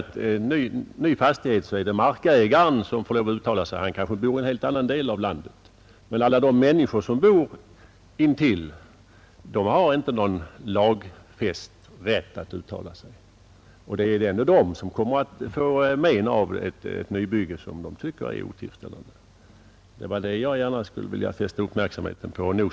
Om en fastighet skall byggas på en plats, är det markägaren som skall få yttra sig, men det händer att denne är bosatt i en helt annan del av landet.